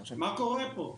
מה קורה פה?